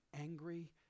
angry